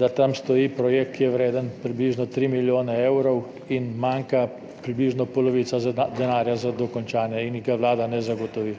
da tam stoji projekt, ki je vreden približno 3 milijone evrov in manjka približno polovica denarja za dokončanje in ga Vlada ne zagotovi.